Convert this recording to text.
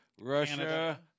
Russia